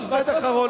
כבר שלוש דקות נוספות,